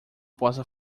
possa